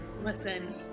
Listen